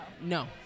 no